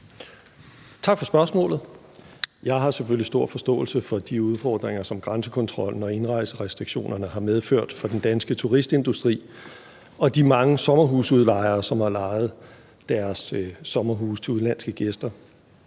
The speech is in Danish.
Tak for spørgsmålet. Jeg har selvfølgelig stor forståelse for de udfordringer, som grænsekontrollen og indrejserestriktionerne har medført for den danske turistindustri og de mange sommerhusudlejere, som har udlejet deres sommerhuse til udenlandske gæster.